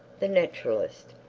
the naturalist.